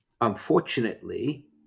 unfortunately